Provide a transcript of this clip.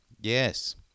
Yes